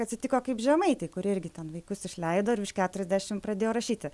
atsitiko kaip žemaitei kuri irgi ten vaikus išleido ir virš keturiasdešim pradėjo rašyti